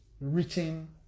written